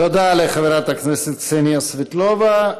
תודה לחברת הכנסת קסניה סבטלובה.